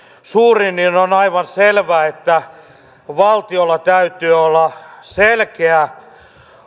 suurin niin on aivan selvä että valtiolla täytyy olla selkeä